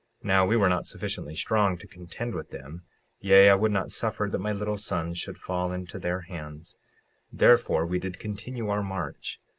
now we were not sufficiently strong to contend with them yea, i would not suffer that my little sons should fall into their hands therefore we did continue our march,